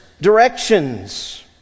directions